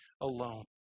alone